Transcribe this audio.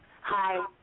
hi